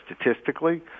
statistically